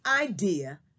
idea